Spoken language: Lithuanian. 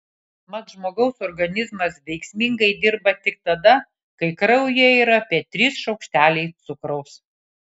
mat žmogaus organizmas veiksmingai dirba tik tada kai kraujyje yra apie trys šaukšteliai cukraus